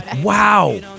Wow